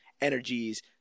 energies